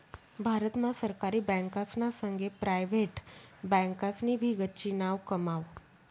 भारत मा सरकारी बँकासना संगे प्रायव्हेट बँकासनी भी गच्ची नाव कमाव